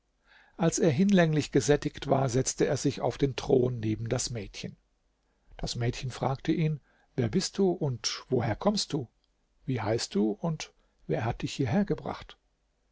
als er hinlänglich gesättigt war setzte er sich auf den thron neben das mädchen das mädchen fragte ihn wer bist du und woher kommst du wie heißt du und wer hat dich hierher gebracht